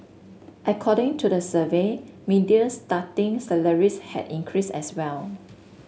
according to the survey median starting salaries had increased as well